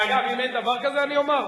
אגב, אם אין דבר כזה, אני אומר,